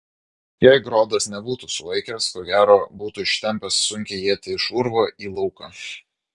jei grodas nebūtų sulaikęs ko gero būtų ištempęs sunkią ietį iš urvo į lauką